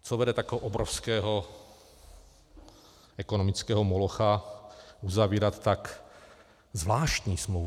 Co vede tak obrovského ekonomického molocha uzavírat tak zvláštní smlouvu?